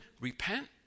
Repent